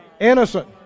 Innocent